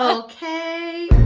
ah okay.